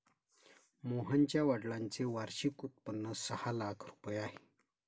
मोहनच्या वडिलांचे वार्षिक उत्पन्न सहा लाख रुपये आहे